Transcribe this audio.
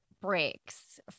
breaks